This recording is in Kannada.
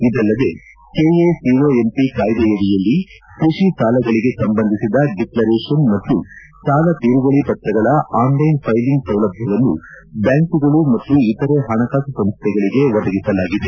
ಇದಲ್ಲದೆ ಕೆಎಸಿಒಎಂಪಿ ಕಾಯ್ದೆಯಡಿಯಲ್ಲಿ ಕೃಷಿ ಸಾಲಗಳಿಗೆ ಸಂಬಂಧಿಸಿದ ಡಿಕ್ಲರೇಷನ್ ಮತ್ತು ಸಾಲ ತೀರುವಳಿ ಪತ್ರಗಳ ಆನ್ಲೈನ್ ಫೈಲಿಂಗ್ ಸೌಲಭ್ಧವನ್ನು ಬ್ಹಾಂಕುಗಳು ಮತ್ತು ಇತರೆ ಹಣಕಾಸು ಸಂಸ್ಥೆಗಳಿಗೆ ಒದಗಿಸಲಾಗಿದೆ